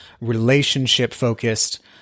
relationship-focused